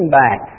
back